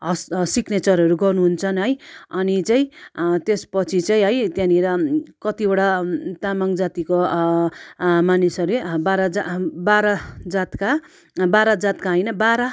हस् ह सिक्नेचरहरू गर्नु हुन्छन् है अनि चाहिँ त्यस पछि चाहिँ है त्यहाँनिर कतिवटा तामाङ जातिको मानिसहरूले बाह्र जा हाम बाह्र जातका बाह्र जातका होइन बाह्र